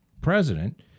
President